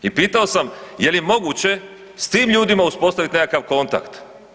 I pitao sam je li moguće s tim ljudima uspostaviti nekakav kontakt?